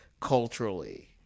culturally